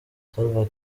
salva